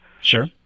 Sure